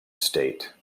state